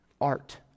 Art